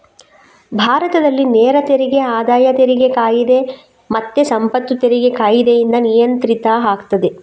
ಭಾರತದಲ್ಲಿ ನೇರ ತೆರಿಗೆ ಆದಾಯ ತೆರಿಗೆ ಕಾಯಿದೆ ಮತ್ತೆ ಸಂಪತ್ತು ತೆರಿಗೆ ಕಾಯಿದೆಯಿಂದ ನಿಯಂತ್ರಿತ ಆಗ್ತದೆ